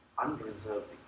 unreservedly